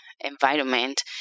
environment